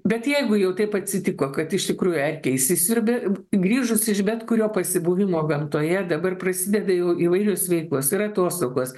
bet jeigu jau taip atsitiko kad iš tikrųjų erkė įsisiurbė grįžus iš bet kurio pasibuvimo gamtoje dabar prasideda jau įvairios veiklos ir atostogos